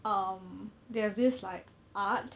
um they have this like art